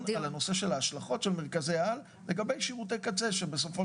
על הנושא של ההשלכות של מרכזי העל לגבי שירותי קצה שבסופו